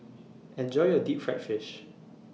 Enjoy your Deep Fried Fish